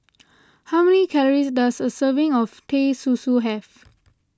how many calories does a serving of Teh Susu have